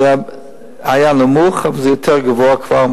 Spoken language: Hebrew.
זה היה נמוך, אבל זה כבר יותר גבוה.